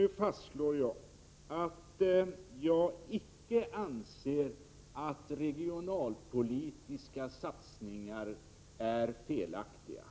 Jag fastslår nu att jag icke anser att regionalpolitiska satsningar är felaktiga,